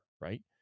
right